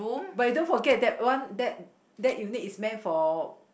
but you don't forget that one that that unit is meant for